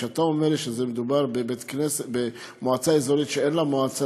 וכשאתה אומר שמדובר במועצה אזורית שאין לה מועצה